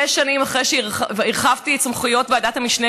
שש שנים אחרי שהרחבתי את סמכויות ועדת המשנה